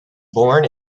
born